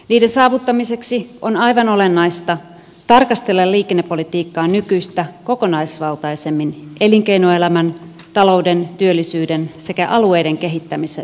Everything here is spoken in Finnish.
niiden saavuttamiseksi on aivan olennaista tarkastella liikennepolitiikkaa nykyistä kokonaisvaltaisemmin elinkeinoelämän talouden työllisyyden sekä alueiden kehittämisen näkökulmasta